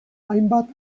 hainbat